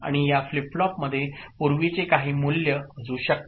आणि या फ्लिप फ्लॉपमध्ये पूर्वीचे काही मूल्य असू शकते